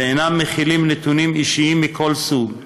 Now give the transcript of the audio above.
ואינם מכילים נתונים אישיים מכל סוג.